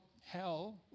hell